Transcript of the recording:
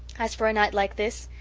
as for a night like this,